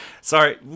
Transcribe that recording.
Sorry